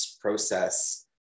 process